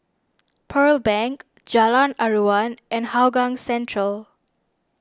Pearl Bank Jalan Aruan and Hougang Central